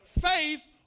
Faith